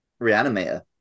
reanimator